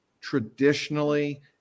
traditionally